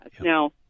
Now